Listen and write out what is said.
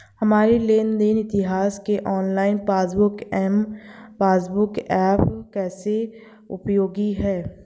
हमारे लेन देन इतिहास के online passbook M passbook app कैसे उपयोगी है?